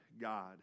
God